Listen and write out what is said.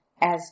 As